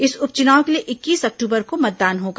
इस उप चुनाव के लिए इक्कीस अक्टूबर को मतदान होगा